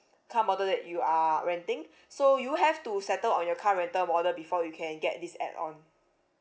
car model that you are renting so you have to settle on your car rental model before you can get this add-on